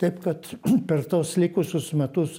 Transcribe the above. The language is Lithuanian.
taip kad per tuos likusius metus